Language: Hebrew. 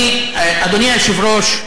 אדוני היושב-ראש,